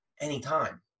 anytime